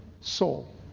soul